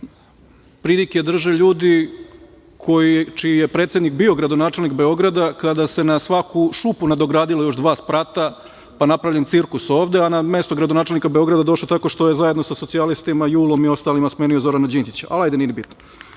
pridike drže ljudi čiji je predsednik bio gradonačelnik Beograda, kada se na svaku šupu nadogradilo još dva sprata, pa napravljen cirkus ovde, a na mesto gradonačelnika Beograda došao tako što je zajedno sa socijalistima, JUL-om i ostalima smenio Zorana Đinđića, ali hajde, nije ni bitno. Ono